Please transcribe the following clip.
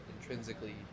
intrinsically